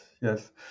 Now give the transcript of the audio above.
yes